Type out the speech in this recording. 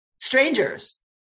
strangers